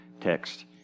text